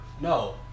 No